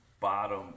bottom